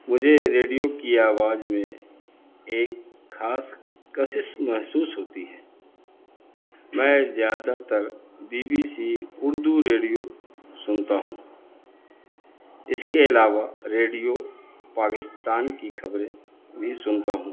مجھے ریڈیو کی آواج میں ایک خاص کشش محسوس ہوتی ہے میں زیادہ تر B B C Urdu radio سنتا ہوں اس کے علاوہ ریڈیو پاکستان کی خبریں بھی سنتا ہوں